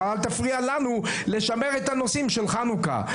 אבל אל תפריע לנו לשמר את הנושאים של חנוכה.